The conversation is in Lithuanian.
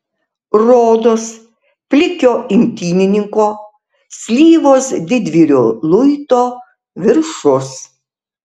rodos plikio imtynininko slyvos didvyrio luito viršus